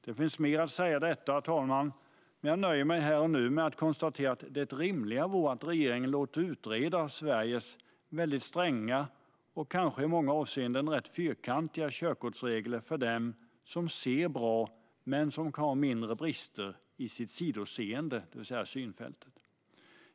Det finns mer att säga om detta, herr talman, men jag nöjer mig här och nu med att konstatera att det rimliga vore att regeringen låter utreda Sveriges väldigt stränga och kanske i många avseenden fyrkantiga körkortsregler för dem som ser bra men som har mindre brister i sitt sidoseende, det vill säga synfält.